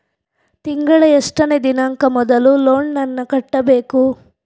ತಿಂಗಳ ಎಷ್ಟನೇ ದಿನಾಂಕ ಮೊದಲು ಲೋನ್ ನನ್ನ ಕಟ್ಟಬೇಕು?